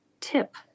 tip